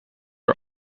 are